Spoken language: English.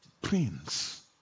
Prince